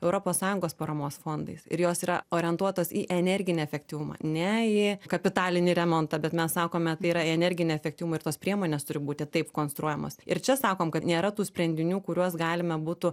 europos sąjungos paramos fondais ir jos yra orientuotos į energinį efektyvumą ne į kapitalinį remontą bet mes sakome tai yra energinio efektyvumo ir tos priemonės turi būti taip konstruojamos ir čia sakom kad nėra tų sprendinių kuriuos galima būtų